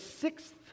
sixth